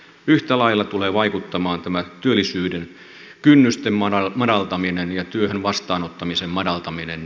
yhtä lailla tulee vaikuttamaan työllisyyden kynnysten madaltaminen ja työn vastaanottamisen madaltaminen